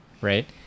right